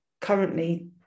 currently